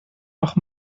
noch